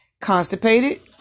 Constipated